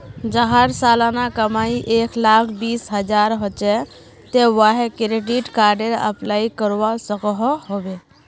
जहार सालाना कमाई एक लाख बीस हजार होचे ते वाहें क्रेडिट कार्डेर अप्लाई करवा सकोहो होबे?